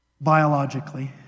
biologically